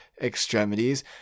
extremities